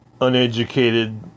uneducated